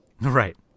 Right